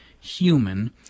human